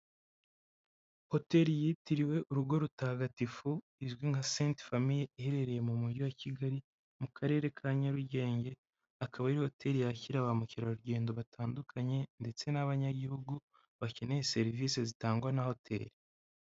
Hotel yitiriwe urugo rutagatifu izwi nka senti famiye, iherereye mu mujyi wa Kigali mu karere ka Nyarugenge akaba ari hoteli yakira ba mukerarugendo batandukanye, ndetse n'abanyagihugu bakeneye serivisi zitangwa na hoteli.